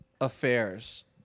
affairs